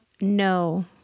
no